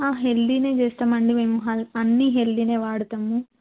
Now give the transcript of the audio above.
హెల్దీనే చేస్తామండి మేము హల్ అన్నీ హెల్దీనే వాడతాము